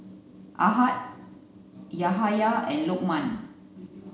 Ahad Yahaya and Lokman